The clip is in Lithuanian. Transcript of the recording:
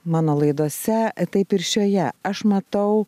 mano laidose taip ir šioje aš matau